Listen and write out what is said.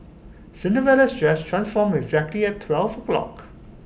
Cinderella's dress transformed exactly at twelve o'clock